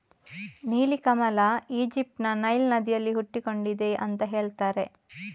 ನೀಲಿ ಕಮಲ ಈಜಿಪ್ಟ್ ನ ನೈಲ್ ನದಿಯಲ್ಲಿ ಹುಟ್ಟಿಕೊಂಡಿದೆ ಅಂತ ಹೇಳ್ತಾರೆ